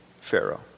Pharaoh